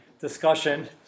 discussion